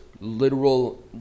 literal